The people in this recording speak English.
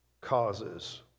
causes